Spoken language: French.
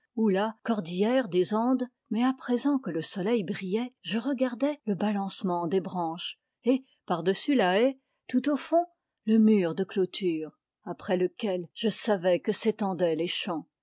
la cordillère des andes mais à présent que le soleil brillait je regardais le balancement des branches et par-dessus la haie tout au fond le mur de clôture après lequel je savais que s'étendaient les champs